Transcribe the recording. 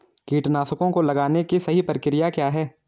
कीटनाशकों को लगाने की सही प्रक्रिया क्या है?